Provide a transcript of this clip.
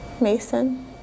Mason